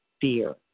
fear